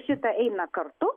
šita eina kartu